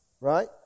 Right